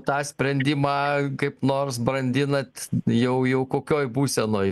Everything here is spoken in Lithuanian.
tą sprendimą kaip nors brandinat jau jau kokioj būsenoj